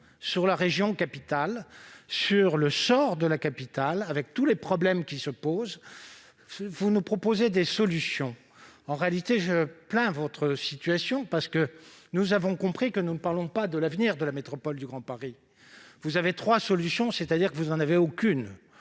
sur la région capitale, sur le sort de Paris et sur tous les problèmes qui s'y posent ? Vous nous proposez des solutions, madame la ministre. En réalité, je plains votre situation, parce que nous avons compris que nous ne parlons pas de l'avenir de la métropole du Grand Paris. Vous évoquez trois solutions, autrement dit vous n'en avez aucune